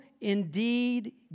indeed